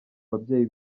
babyeyi